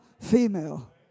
female